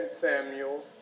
Samuel